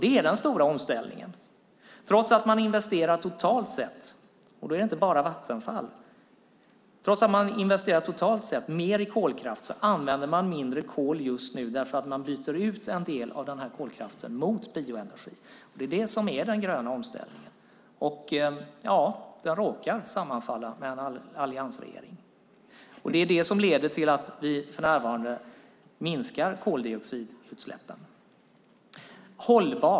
Det är den stora omställningen. Trots att man totalt sett har investerat - då är det inte bara Vattenfall - mer i kolkraft använder man just nu mindre kol därför att man byter ut en del av denna kolkraft mot bioenergi. Det är det som är den gröna omställningen, och den råkar sammanfalla med att vi har en alliansregering. Det är det som leder till att vi för närvarande minskar koldioxidutsläppen.